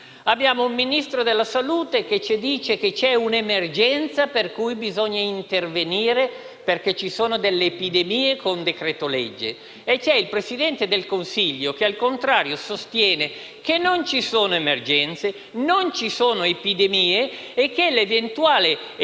Abbiamo un Ministro della salute che ci dice che c'è un'emergenza per cui bisogna intervenire con decreto-legge perché ci sono delle epidemie e c'è il Presidente del Consiglio che, al contrario, sostiene che non ci sono emergenze, non ci sono epidemie e che l'eventuale epidemia